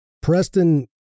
Preston